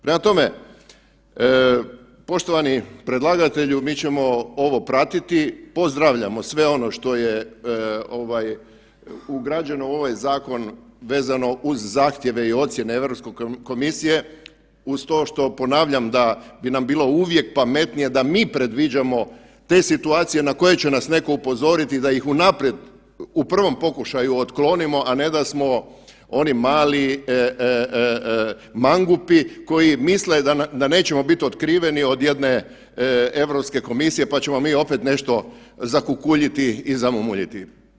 Prema tome, poštovani predlagatelju, mi ćemo ovo pratiti, pozdravljamo sve ono što je ovaj ugrađeno u ovaj zakon vezano uz zahtjeve i ocijene Europske komisije uz to što ponavljam da bi nam bilo uvijek pametnije da mi predviđamo te situacije na koje će nas neko upozoriti da ih unaprijed u prvom pokušaju otklonimo, a ne da smo oni mali mangupi koji misle da nećemo bit otkriveni od jedne Europske komisije, pa ćemo mi opet nešto zakukuljiti i zamumuljiti.